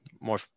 more